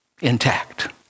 intact